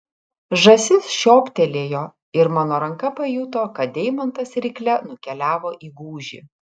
žąsis žioptelėjo ir mano ranka pajuto kad deimantas rykle nukeliavo į gūžį